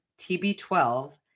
TB12